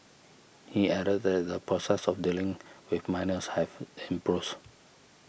he added that the process of dealing with minors have